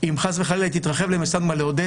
אם חס וחלילה היא תתרחב לאודסה,